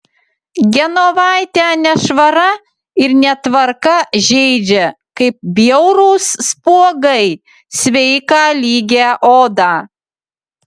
genovaitę nešvara ir netvarka žeidžia kaip bjaurūs spuogai sveiką lygią odą